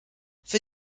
für